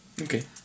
Okay